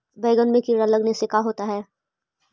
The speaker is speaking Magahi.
बैंगन में कीड़े लगने से का होता है?